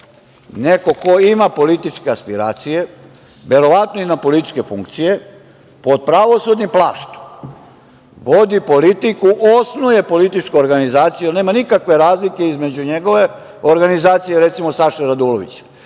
neko ko ima političke aspiracije, verovatno i na političke funkcije, pod pravosudnim plaštom vodi politiku, osnuje političku organizaciju, nema nikakve razlike između njegove organizacije i recimo Saše Radulovića.